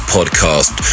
Podcast